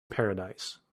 paradise